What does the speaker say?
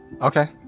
Okay